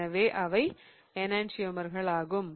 எனவே அவை எணன்சியமர்கள் ஆகும்